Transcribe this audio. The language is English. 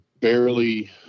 barely